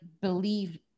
believe